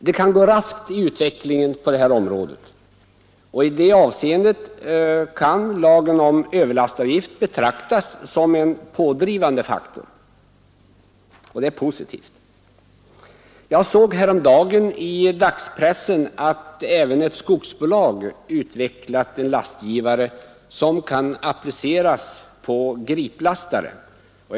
Det kan gå raskt i utvecklingen på det här området, och i det avseendet kan lagen om överlastavgift betraktas som en pådrivande faktor. Det är positivt. Jag såg häromdagen uppgifter i dagspressen om att även ett skogsbolag utvecklat en lastgivare som kan appliceras på griplastare.